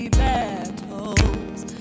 battles